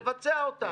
לבצע אותה.